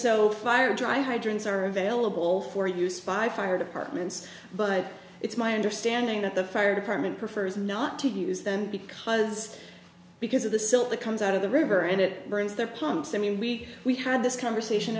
so fire dry hydrants are available for use by fire departments but it's my understanding that the fire department prefers not to use them because because of the silt that comes out of the river and it burns their pumps i mean we we had this conversation